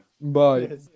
Bye